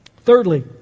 Thirdly